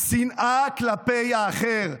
שנאה כלפי האחר,